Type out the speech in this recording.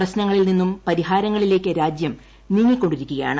പ്രശ്നങ്ങളിൽ നിന്നും പരിഹാരങ്ങളിലേക്ക് രാജ്യം നീങ്ങിക്കൊണ്ടിരിക്കുകയാണ്